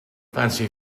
fancy